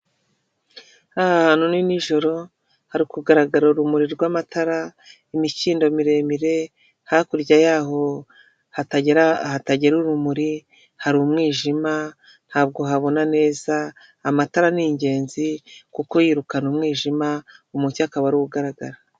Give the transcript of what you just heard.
Aha hantu ni n'injoro hari kugaragara urumuri rw'amatara ,imikindo miremire hakurya yaho hatagera urumuri hari umwijima ntabwo habona neza, amatara ni ingenzi kuko yirukana umwijima umucyo akaba ari we ugaragara.